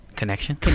Connection